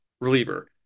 reliever